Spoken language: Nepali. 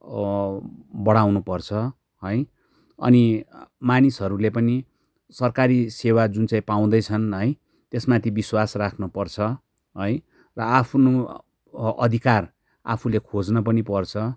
बढाउनुपर्छ है अनि मानिसहरूले पनि सरकारी सेवा जुन चाहिँ पाउँदैछन् है त्यसमाथि विश्वास राख्नुपर्छ है र आफ्नो अधिकार आफूले खोज्न पनि पर्छ